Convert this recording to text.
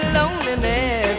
loneliness